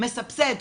מסבסד,